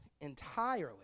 entirely